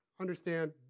understand